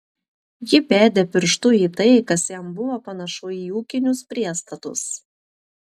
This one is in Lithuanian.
ji bedė pirštu į tai kas jam buvo panašu į ūkinius priestatus